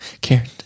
Karen